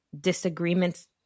disagreements